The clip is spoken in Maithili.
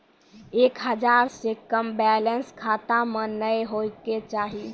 एक हजार से कम बैलेंस खाता मे नैय होय के चाही